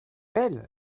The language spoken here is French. elles